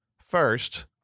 First